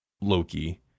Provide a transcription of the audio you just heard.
Loki